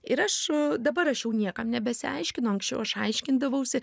ir aš dabar aš jau niekam nebesiaiškinu anksčiau aš aiškindavausi